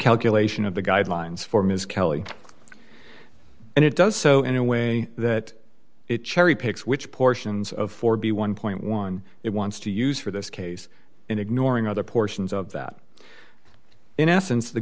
calculation of the guidelines for ms kelley and it does so in a way that it cherry picks which portions of four b one dollar it wants to use for this case and ignoring other portions of that in essence